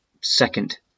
second